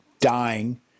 dying